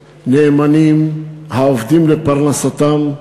נאמנים, העובדים לפרנסתם,